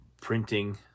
printing